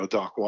Doc